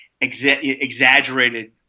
exaggerated